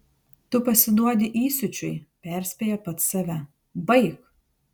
tu pasiduodi įsiūčiui perspėja pats save baik